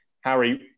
Harry